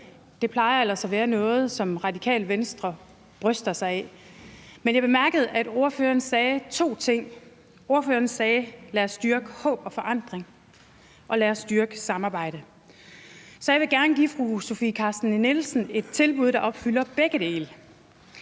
Det plejer ellers at være noget, som Radikale Venstre bryster sig af. Men jeg bemærkede to ting, ordføreren sagde. Ordføreren sagde: Lad os dyrke håb og forandring, og lad os dyrke samarbejdet. Så jeg vil gerne give fru Sofie Carsten Nielsen et tilbud, der opfylder begge dele.